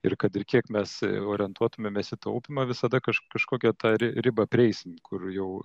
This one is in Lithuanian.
ir kad ir kiek mes orientuotumėmės į taupymą visada kaž kažkokią tą ribą prieisim kur jau